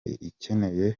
ikeneye